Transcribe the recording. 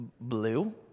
blue